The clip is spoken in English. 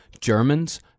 Germans